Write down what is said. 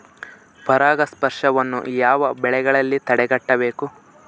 ಪರಾಗಸ್ಪರ್ಶವನ್ನು ಯಾವ ಬೆಳೆಗಳಲ್ಲಿ ತಡೆಗಟ್ಟಬೇಕು?